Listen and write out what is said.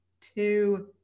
two